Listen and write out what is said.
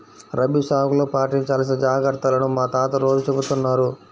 రబీ సాగులో పాటించాల్సిన జాగర్తలను మా తాత రోజూ చెబుతున్నారు